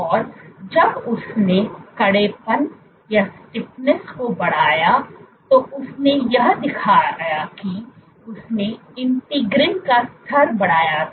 और जब उसने कड़ेपन को बढ़ाया तो उसने यह दिखाया कि उसने इंटीग्रिन का स्तर बढ़ाया था